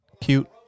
Cute